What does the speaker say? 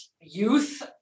youth